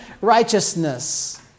righteousness